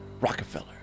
Rockefeller